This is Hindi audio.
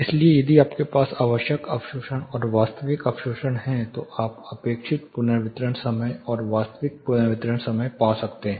इसलिए यदि आपके पास आवश्यक अवशोषण और वास्तविक अवशोषण है तो आप अपेक्षित पुनर्वितरण समय और वास्तविक पुनर्वितरण समय पा सकते हैं